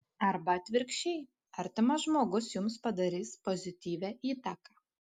arba atvirkščiai artimas žmogus jums padarys pozityvią įtaką